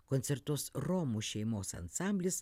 koncertuos romų šeimos ansamblis